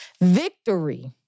Victory